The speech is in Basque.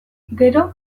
gero